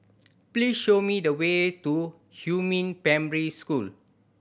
please show me the way to Huamin Primary School